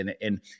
and-